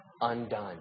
undone